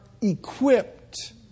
equipped